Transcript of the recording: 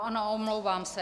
Ano, omlouvám se.